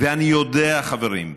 ואני יודע, חברים,